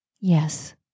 Yes